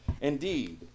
Indeed